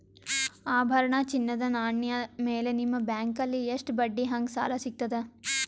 ಆಭರಣ, ಚಿನ್ನದ ನಾಣ್ಯ ಮೇಲ್ ನಿಮ್ಮ ಬ್ಯಾಂಕಲ್ಲಿ ಎಷ್ಟ ಬಡ್ಡಿ ಹಂಗ ಸಾಲ ಸಿಗತದ?